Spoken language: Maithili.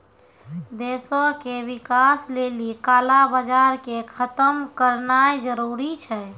देशो के विकास लेली काला बजार के खतम करनाय जरूरी छै